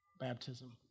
baptism